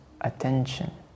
attention